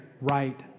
right